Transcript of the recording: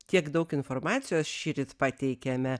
tiek daug informacijos šįryt pateikėme